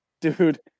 Dude